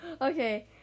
Okay